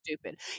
stupid